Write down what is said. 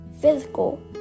Physical